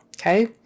Okay